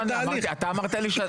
אגיד לך, אתה פה שעתיים.